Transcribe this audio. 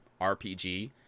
RPG